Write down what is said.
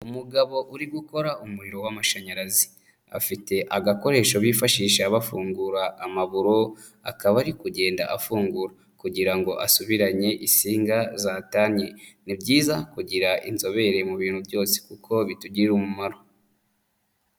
Umugabo uri gukora umuriro w'amashanyarazi. Afite agakoresho bifashisha bafungura amaburo, akaba ari kugenda afungura kugira ngo asubiranye isinga zatanye. Ni byiza kugira inzobere mu bintu byose kuko bitugirira umumaro.